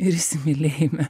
ir įsimylėjime